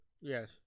Yes